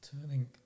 Turning